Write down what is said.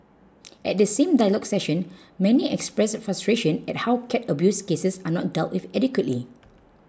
at the same dialogue session many expressed frustration at how cat abuse cases are not dealt with adequately